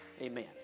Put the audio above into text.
Amen